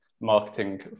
marketing